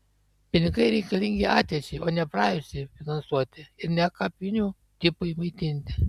pinigai reikalingi ateičiai o ne praeičiai finansuoti ir ne kapinių tipui maitinti